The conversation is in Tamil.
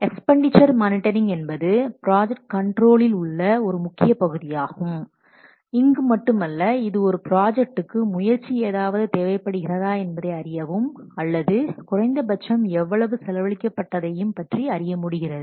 எக்ஸ்பன்டீச்சர் மானிட்டரிங் என்பது ப்ராஜெக்ட் கண்ட்ரோலில் ஒரு முக்கிய பகுதியாகும் இங்கு மட்டுமல்ல இது ஒரு ப்ராஜெக்ட்டுக்கு முயற்சி ஏதாவது தேவை படுகிறதா என்பதை அறியவும் அல்லது குறைந்தபட்சம் எவ்வளவு செலவழிக்கபட்டதையும் பற்றி அறியமுடிகிறது